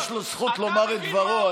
יש לו זכות לומר את דברו,